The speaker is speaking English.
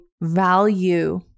value